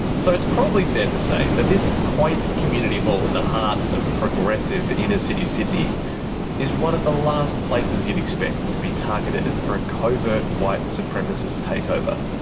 so it's probably fair to say that this quaint community hall in the heart of progressive inner-city sydney is one of the last places you'd expect to be targeted for a covert white supremacist takeover.